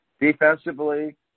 Defensively